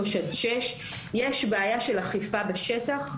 3-6. יש בעיה של אכיפה בשטח,